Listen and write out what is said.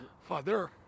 father